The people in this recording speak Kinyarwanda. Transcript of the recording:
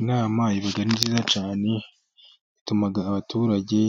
Inama iba ari nziza cyane ituma abaturage